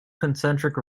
concentric